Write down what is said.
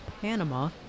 Panama